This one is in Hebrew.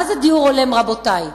מה זה דיור הולם, רבותי?